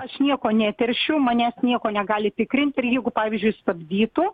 aš nieko neteršiu manęs nieko negali tikrint ir jeigu pavyzdžiui stabdytų